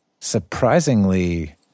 surprisingly